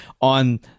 on